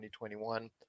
2021